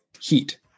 heat